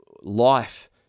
life